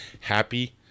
happy